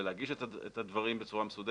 את העירייה ולהגיש את הדברים בצורה מסודרת.